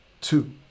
two